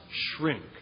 shrink